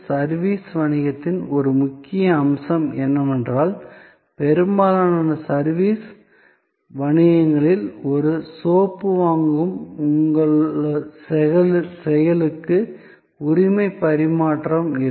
service வணிகத்தின் ஒரு முக்கிய அம்சம் என்னவென்றால் பெரும்பாலான சர்விஸ் வணிகங்களில் ஒரு சோப்பு வாங்கும் உங்கள் செயலுக்கு உரிமை பரிமாற்றம் இல்லை